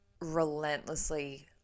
relentlessly